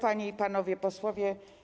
Panie i Panowie Posłowie!